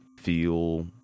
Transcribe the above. feel